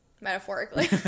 Metaphorically